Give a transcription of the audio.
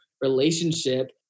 relationship